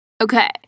Okay